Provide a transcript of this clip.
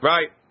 Right